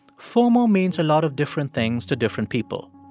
fomo means a lot of different things to different people.